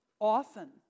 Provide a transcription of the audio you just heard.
often